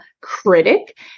critic